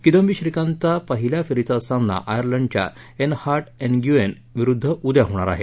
किदम्बी श्रीकास्झि पहिल्या फेरीचा सामना आयर्लंडच्या एनहा एनग्युएन विरुध्द उद्या होणार आहे